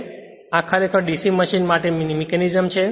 તેથી આ ખરેખર DC મશીન માટેની મિકેનિઝમ છે